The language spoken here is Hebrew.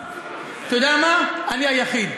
אתה יודע מה, אני היחיד.